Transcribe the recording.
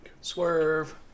Swerve